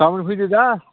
गामोन फैदो दे